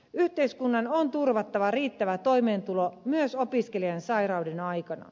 yhteiskunnan on turvattava riittävä toimeentulo myös opiskelijan sairauden aikana